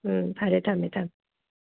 ꯎꯝ ꯐꯔꯦ ꯊꯝꯃꯦ ꯊꯝꯃꯦ